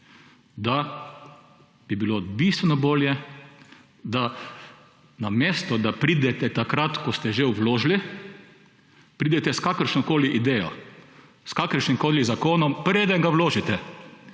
da bi bilo bistveno bolje, da namesto tega, da takrat ko ste že vložili, pridete s kakršnokoli idejo, s kakršnimkoli zakonom, preden ga vložite,